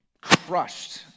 crushed